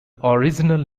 original